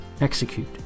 execute